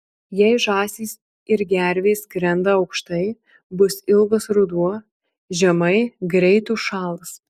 jei žąsys ir gervės skrenda aukštai bus ilgas ruduo žemai greit užšals